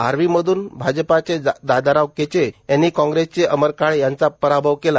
आर्वीमधून भाजपाचे दादाराव केचे यांनी काँग्रेसचे अमर काळे यांचा पराभव केला